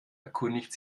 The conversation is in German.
erkundigt